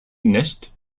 nest